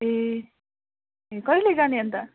ए ए कहिले जाने अन्त